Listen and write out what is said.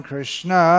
Krishna